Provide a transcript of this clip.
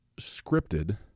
scripted